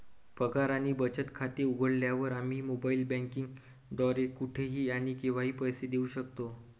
पगार आणि बचत खाते उघडल्यावर, आम्ही मोबाइल बँकिंग द्वारे कुठेही आणि केव्हाही पैसे देऊ शकतो